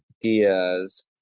diaz